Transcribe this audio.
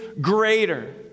greater